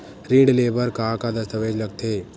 ऋण ले बर का का दस्तावेज लगथे?